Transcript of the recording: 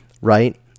right